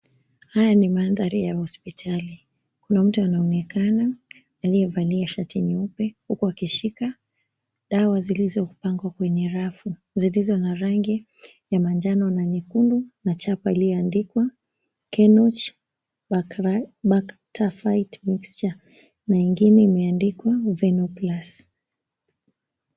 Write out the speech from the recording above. Haya ni mandhari ya hospitali. Kuna mtu anaonekana, aliyevalia shati nyeupe huku akishika dawa zilizopangwa kwenye rafu zilizo na rangi ya manjano na nyekundu, na chapa iliyoandikwa, Kenoch Bakta Fight Mixture na ingine imeandikwa Veno Plus.